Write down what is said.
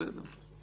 בסדר.